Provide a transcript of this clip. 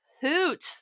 hoot